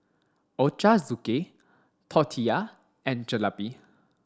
Ochazuke Tortillas and Jalebi